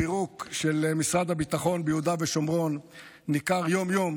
הפירוק של משרד הביטחון ביהודה ושומרון ניכר יום-יום